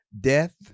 death